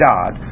God